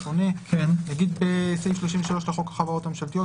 נגיד בסעיף 33 לחוק החברות הממשלתיות,